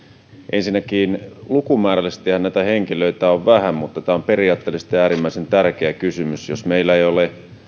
ensinnäkin lukumäärällisestihän näitä henkilöitä on vähän mutta tämä on periaatteellisesti äärimmäisen tärkeä kysymys jos meillä ei ole